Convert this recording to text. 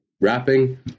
wrapping